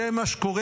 זה מה שקורה